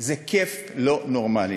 זה כיף לא נורמלי.